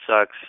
sucks